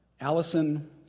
Allison